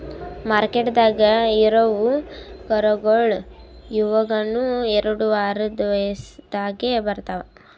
ಮಾರ್ಕೆಟ್ದಾಗ್ ಇರವು ಕರುಗೋಳು ಯವಗನು ಎರಡು ವಾರದ್ ವಯಸದಾಗೆ ಮಾರ್ತಾರ್